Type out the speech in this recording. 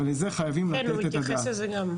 אבל חייבים לתת על זה את הדעת.